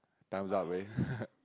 time's up already